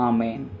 Amen